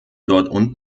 dort